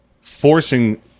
forcing